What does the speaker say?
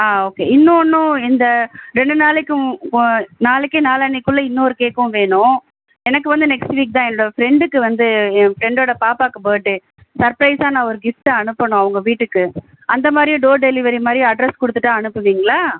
ஆ okay இன்னொன்றும் இந்த ரெண்டு நாளைக்கும் நாளைக்கு நாளான்னிக்குள்ள இன்னொரு கேக்கும் வேணும் எனக்கு வந்து நெக்ஸ்ட் வீக் தான் என்னோடய ஃப்ரெண்டுக்கு வந்து என் ஃப்ரெண்டோடய பாப்பாவுக்கு பர்ட் டே சர்ப்ரைஸாக நான் ஒரு கிஃப்ட்டு அனுப்பணும் அவங்க வீட்டுக்கு அந்த மாதிரியும் டோர் டெலிவரி மாதிரி அட்ரெஸ் கொடுத்துட்டா அனுப்புவீங்களா